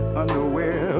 underwear